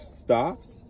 stops